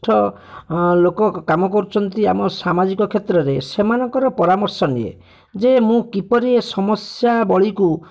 ବରିଷ୍ଠ ଲୋକ କାମ କରୁଛନ୍ତି ଆମ ସାମାଜିକ କ୍ଷେତ୍ରରେ ସେମାନଙ୍କ ପରାମର୍ଶ ନିଏ ଯେ ମୁଁ କିପରି ଏ ସମସ୍ୟାବଳୀକୁ